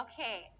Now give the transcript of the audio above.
Okay